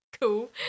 cool